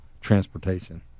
transportation